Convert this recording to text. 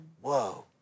whoa